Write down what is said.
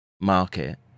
market